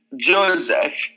Joseph